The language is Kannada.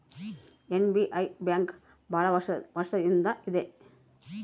ಎಸ್.ಬಿ.ಐ ಬ್ಯಾಂಕ್ ಭಾಳ ವರ್ಷ ಇಂದ ಇದೆ